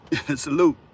Salute